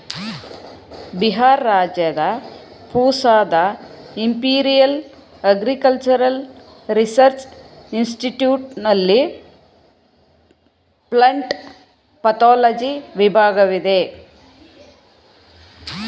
ಬಿಹಾರ್ ರಾಜ್ಯದ ಪೂಸಾದ imperial agricultural research institute ನಲ್ಲಿ ಪ್ಲಂಟ್ ಪತೋಲಜಿ ವಿಭಾಗವಿದೆ